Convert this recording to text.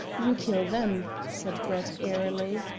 you kill them, said brett, airily.